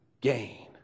gain